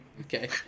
Okay